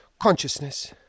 consciousness